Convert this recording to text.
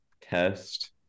test